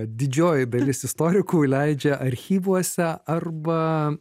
didžioji dalis istorikų leidžia archyvuose arba